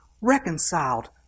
Reconciled